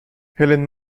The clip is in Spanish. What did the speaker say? helen